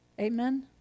Amen